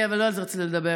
אבל לא על זה רציתי לדבר.